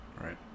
Right